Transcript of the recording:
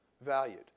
valued